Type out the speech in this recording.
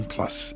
Plus